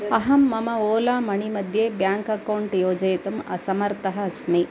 अहं मम ओला मणि मध्ये ब्याङ्क् अकौण्ट् योजयितुम् असमर्थः अस्मि